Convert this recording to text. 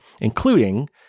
including